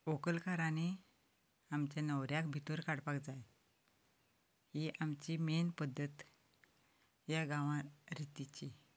व्हंकलकारांनी आमच्या न्हवऱ्याक भितर काडपाक जाय ही एक आमची मेन पद्दत ह्या गांवांत रितीची